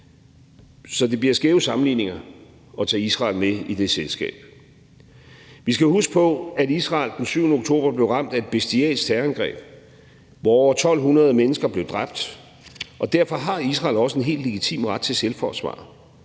Så det bliver skæve sammenligninger at tage Israel med i det selskab. Vi skal huske på, at Israel den 7. oktober blev ramt af et bestialsk terrorangreb, hvor over 1.200 mennesker blev dræbt, og derfor har Israel også en helt legitim ret til selvforsvar.